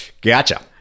Gotcha